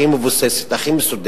הכי מבוססת,